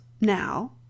now